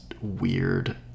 weird